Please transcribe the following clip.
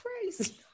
crazy